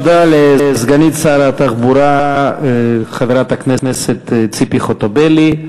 תודה לסגנית שר התחבורה, חברת הכנסת ציפי חוטובלי.